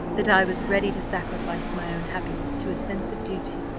that i was ready to sacrifice my own happiness to a sense of duty.